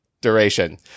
duration